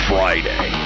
Friday